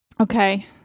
okay